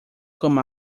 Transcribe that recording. come